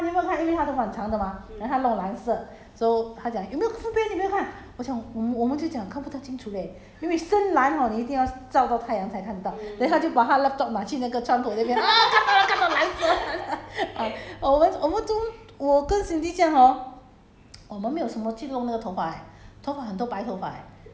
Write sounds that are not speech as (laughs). s~ 蓝色蓝色很难看的 mah 她就讲我自己弄头发你有没有看因为她头发很长的 mah then 她弄蓝色 so 她讲有没有分别你没有看我讲我我们就讲看不大清楚 leh crystal 蓝 hor 你一定要 s~ 照到太阳才看得到 then 她就把她的 laptop 拿去那个窗口那边 ah 看到了看到了蓝头蓝发 (laughs) uh 我们我们中我跟 cindy 这样 hor